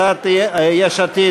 הצעת יש עתיד,